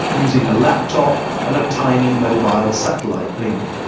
using a laptop and a tiny mobile satellite link.